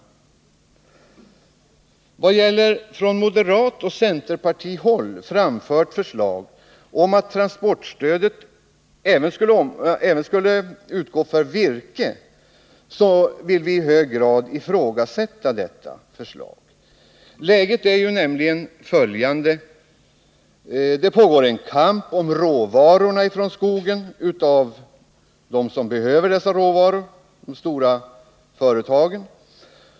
Det förslag som framförts från moderathåll och centerpartihåll om att transportstöd även skulle utgå för virke vill vi i hög grad ifrågasätta. Läget är nämligen det, att det pågår en kamp om råvarorna från skogen mellan de stora företag som behöver dessa råvaror.